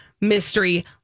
mystery